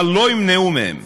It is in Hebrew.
אבל לא ימנעו מהם.